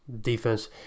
Defense